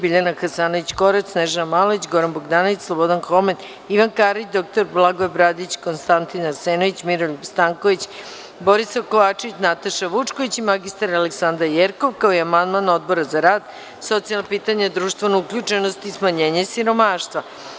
Biljana Hasanović Korać, Snežana Malović, Goran Bogdanović, Slobodan Homen, Ivan Karić, dr Blagoje Bradić, Konstantin Arsenović, Miroljub Stanković, Borisav Kovačević, Nataša Vučković i mr. Aleksandra Jerkov, kao i amandman Odbora za rad, socijalna pitanja, društvenu uključenost i smanjenje siromaštva.